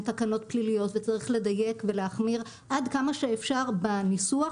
תקנות פליליות וצריך לדייק ולהחמיר עד כמה שאפשר בניסוח,